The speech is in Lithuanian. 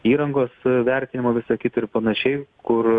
įrangos vertinimą visa kita ir panašiai kur